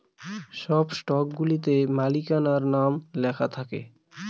সব স্টকগুলাতে মালিকানার নাম লেখা থাকে